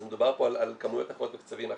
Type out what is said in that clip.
אז מדבר פה על כמויות אחרות וקצבים אחרים.